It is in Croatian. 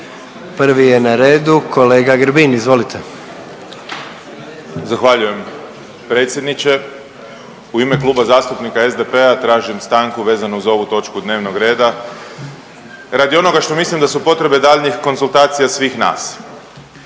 prvi je na redu kolega Grbin, izvolite. **Grbin, Peđa (SDP)** Zahvaljujem predsjedniče. U ime Kluba zastupnika SDP-a tražim stanku vezano uz ovu točku dnevnog reda radi onoga što mislim da su potrebe daljnjih konzultacija svih nas.